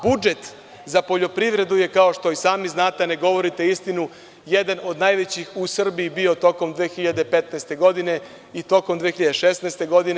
Budžet za poljoprivredu je, kao što i sami znate, a ne govorite istinu, jedan od najvećih u Srbiji bio tokom 2015. godine i tokom 2016. godine.